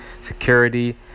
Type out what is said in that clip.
security